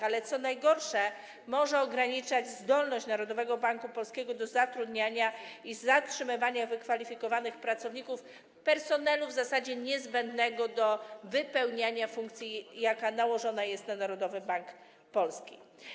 Ale co najgorsze, mogą ograniczać zdolność Narodowego Banku Polskiego do zatrudniania i zatrzymywania wykwalifikowanych pracowników, personelu w zasadzie niezbędnego do wypełniania funkcji, jaka nałożona jest na Narodowy Bank Polski.